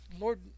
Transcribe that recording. Lord